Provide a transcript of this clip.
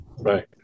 Right